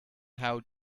how